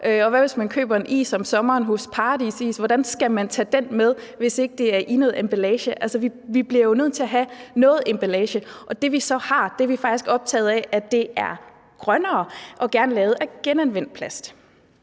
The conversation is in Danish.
hvad hvis man om sommeren køber en is hos Paradis – hvordan skal man tag den med, hvis ikke den er i noget emballage? Altså, vi bliver jo nødt til at have noget emballage, og det, vi så har, er vi i Venstre faktisk optaget af er grønnere og gerne lavet af genanvendt plast.